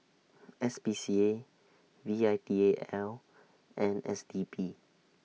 S P C A V I T A L and S D P